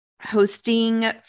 hosting